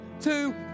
two